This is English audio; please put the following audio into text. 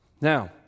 Now